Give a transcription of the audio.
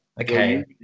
Okay